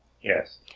yes